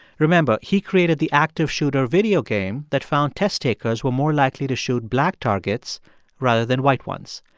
remember, he created the active shooter video game that found test takers were more likely to shoot black targets rather than white ones.